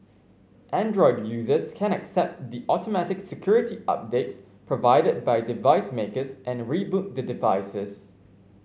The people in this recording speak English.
Android users can accept the automatic security updates provided by device makers and reboot the devices